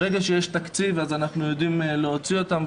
ברגע שיש תקציב אנחנו יודעים להוציא אותם.